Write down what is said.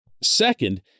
Second